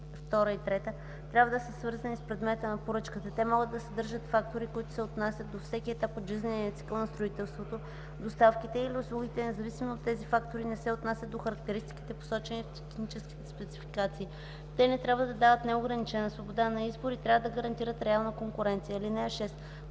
трябва да са свързани с предмета на поръчката. Те могат да съдържат фактори, които се отнасят до всеки етап от жизнения цикъл на строителството, доставките или услугите, независимо че тези фактори не се отнасят до характеристиките, посочени в техническите спецификации. Те не трябва да дават неограничена свобода на избор и трябва да гарантират реална конкуренция. (6)